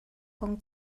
kong